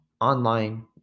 online